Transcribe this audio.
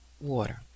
water